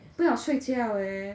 不要睡觉 eh